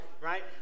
right